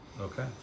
okay